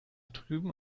drüben